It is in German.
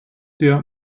der